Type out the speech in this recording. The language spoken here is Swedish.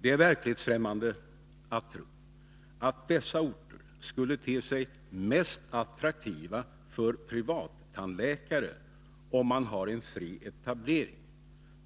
Det är verklighetsfrämmande att tro att dessa orter skulle te sig mest attraktiva för privattandläkare, om man haren fri etablering.